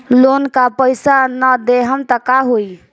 Loan का पैस न देहम त का होई?